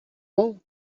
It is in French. laurent